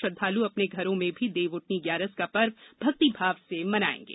श्रद्धाल् अपने घरों में भी देवउठनी ग्यारस का पर्व भक्तिभाव से मनाएंगे